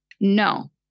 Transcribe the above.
no